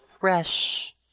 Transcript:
fresh